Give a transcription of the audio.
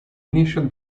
initial